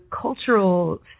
cultural